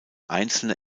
einzelne